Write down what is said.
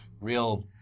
Real